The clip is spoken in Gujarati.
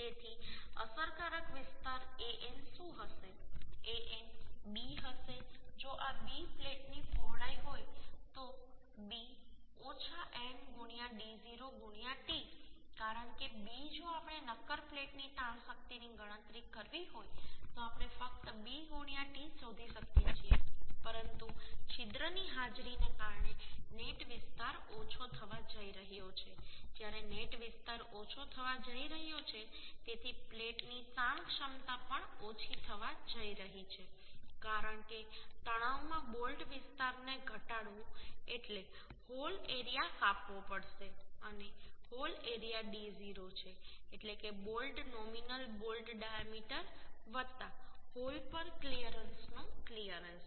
તેથી અસરકારક વિસ્તાર An શું હશે An b હશે જો આ b પ્લેટની પહોળાઈ હોય તો b ઓછા n d0 t કારણ કે b જો આપણે નક્કર પ્લેટની તાણ શક્તિની ગણતરી કરવી હોય તો આપણે ફક્ત b t શોધી શકીએ છીએ પરંતુ છિદ્રની હાજરીને કારણે નેટ વિસ્તાર ઓછો થવા જઈ રહ્યો છે જ્યારે નેટ વિસ્તાર ઓછો થવા જઈ રહ્યો છે તેથી પ્લેટની તાણ ક્ષમતા પણ ઓછી થવા જઈ રહી છે કારણ કે તણાવમાં બોલ્ટ વિસ્તારને ઘટાડવું એટલે હોલ એરિયા કાપવો પડશે અને હોલ એરિયા d0 છે એટલે કે bolt nominal bolt diameter hole પર ક્લિયરન્સ નું ક્લિયરન્સ